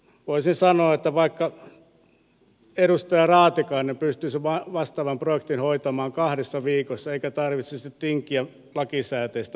voisin sanoa että vaikkapa edustaja raatikainen pystyisi vastaavan projektin hoitamaan kahdessa viikossa eikä tarvitsisi tinkiä lakisääteisistä vapaapäivistä